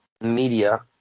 media